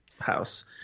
house